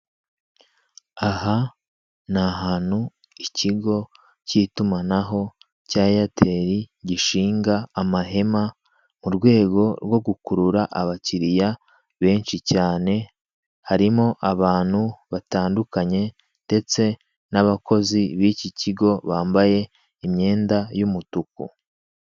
Aha ni ahantu ikigo cy'itumanaho cya eyateri gishinga amahema, mu rwego rwo gukurura abakiriya benshi cyane. Harimo abantu batandukanye ndetse n'abakozi b'iki cyigo bambaye imyenda y'umutuku.